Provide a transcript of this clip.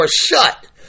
shut